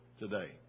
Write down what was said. today